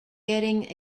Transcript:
getting